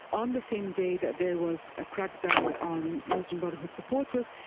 on the same day that there was a crackdown on muslim brotherhood supporters,